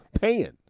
paying